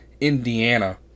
Indiana